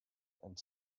and